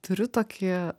turiu tokį